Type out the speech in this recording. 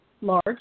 large